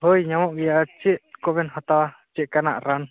ᱦᱳᱭ ᱧᱟᱢᱚᱜ ᱜᱮᱭᱟ ᱟᱨ ᱪᱮᱫ ᱠᱚᱵᱮᱱ ᱦᱟᱛᱟᱣᱟ ᱪᱮᱫᱞᱮᱠᱟᱱᱟᱜ ᱨᱟᱱ